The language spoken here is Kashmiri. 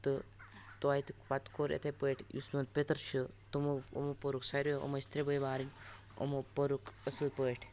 تہٕ توتہِ پَتہٕ کوٚر یِتھٕے پٲٹھۍ یُس میٛون پٮ۪تُر چھُ یِمو یِمو پوٚرُکھ ساروٕیو یِم ٲسۍ ترٛیٚنوے بارٕنۍ یِمو پوٚرُکھ اَصٕل پٲٹھۍ